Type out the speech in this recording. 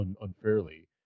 unfairly